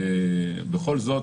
בכל זאת